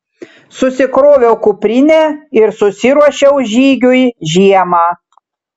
susikroviau kuprinę ir susiruošiau žygiui žiemą